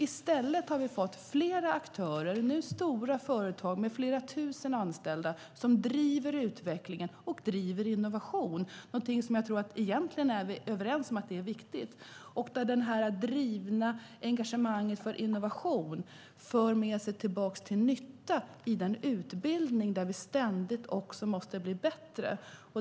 I stället har vi fått flera aktörer, stora företag med flera tusen anställda, som driver utvecklingen och driver innovation. Jag tror att vi egentligen är överens om att det är någonting som är viktigt. Engagemanget för innovation för med sig nytta tillbaka till den utbildning där vi ständigt måste bli bättre.